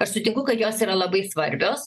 aš sutinku kad jos yra labai svarbios